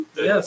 Yes